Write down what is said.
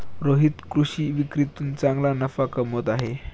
रोहित कृषी विक्रीतून चांगला नफा कमवत आहे